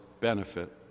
benefit